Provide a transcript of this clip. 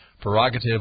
prerogative